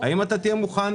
האם אתה תהיה מוכן